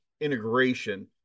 integration